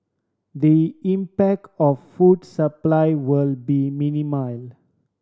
the impact of food supply will be minimal